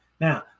Now